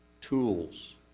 tools